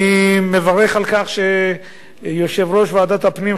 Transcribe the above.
אני מברך על כך שיושב-ראש ועדת הפנים,